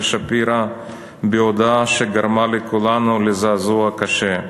שפירא בהודעה שגרמה לכולנו זעזוע קשה: